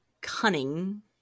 cunning